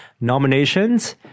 nominations